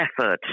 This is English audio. effort